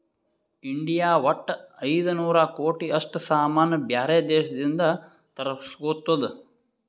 India ವಟ್ಟ ಐಯ್ದ ನೂರ್ ಕೋಟಿ ಅಷ್ಟ ಸಾಮಾನ್ ಬ್ಯಾರೆ ದೇಶದಿಂದ್ ತರುಸ್ಗೊತ್ತುದ್